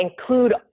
include